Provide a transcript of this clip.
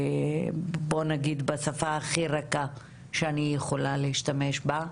בוא נגיד בשפה הכי רכה שאני יכולה להשתמש בה.